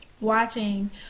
watching